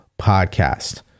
Podcast